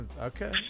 Okay